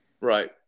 right